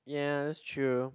ya that's true